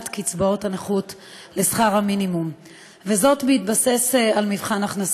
קצבאות הנכות לשכר המינימום בהתבסס על מבחן הכנסה.